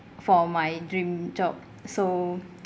for my dream job so